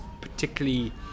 particularly